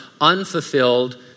unfulfilled